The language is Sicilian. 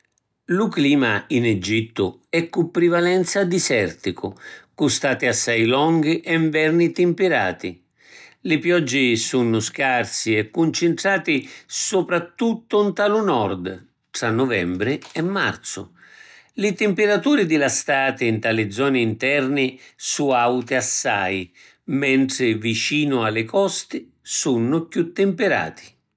Lu clima in Egittu è cu privalenza diserticu, cu stati assai longhi e nverni timpirati. Li pioggi sunnu scarsi e cuncintrati supratuttu nta lu Nord, tra nuvembri e marzu. Li timpiraturi di la stati nta li zoni nterni su auti assai, mentri vicinu a li costi sunnu chiù timpirati.